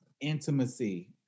intimacy